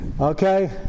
Okay